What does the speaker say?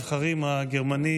בית הנבחרים הגרמני,